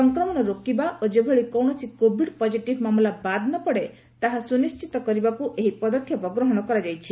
ସଂକ୍ରମଣ ରୋକିବା ଓ ଯେଭଳି କୌଣସି କୋଭିଡ୍ ପଜିଟିଭ୍ ମାମଲା ବାଦ୍ ନ ପଡ଼େ ତାହା ସୁନିଶ୍ଚିତ କରିବାକୁ ଏହି ପଦକ୍ଷେପ ଗ୍ରହଣ କରାଯାଇଛି